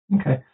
Okay